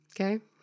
Okay